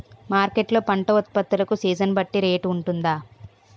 Market లొ పంట ఉత్పత్తి లకు సీజన్ బట్టి రేట్ వుంటుందా?